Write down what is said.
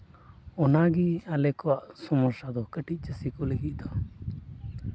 ᱚᱱᱟᱜᱮ ᱟᱞᱮ ᱠᱚᱣᱟᱜ ᱥᱚᱢᱚᱥᱥᱟ ᱫᱚ ᱠᱟᱹᱴᱤᱡ ᱪᱟᱹᱥᱤ ᱠᱚ ᱞᱟᱹᱜᱤᱫ ᱫᱚ